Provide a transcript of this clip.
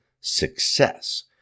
success